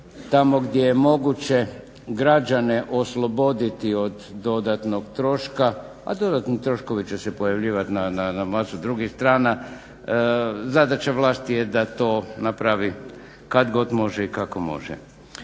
Tamo gdje je moguće građane osloboditi od dodatnog troška, a dodatni troškovi će se pojavljivati na masu drugih strana. Zadaća vlasti je da to napravi kad god može i kako može.